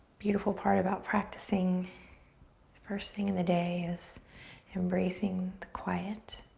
beautiful part about practicing first thing in the day is embracing the quiet.